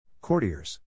Courtiers